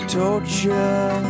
torture